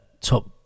top